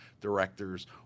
directors